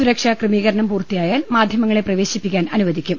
സുരക്ഷാ ക്രമീകരണം പൂർത്തിയായാൽ മാധ്യമങ്ങളെ പ്രവേശിപ്പിക്കാൻ അനു വദിക്കും